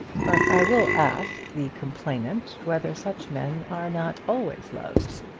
but i will ask the complainant whether such men are not always loved.